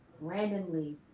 randomly